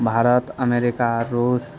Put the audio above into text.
Bharat America रूस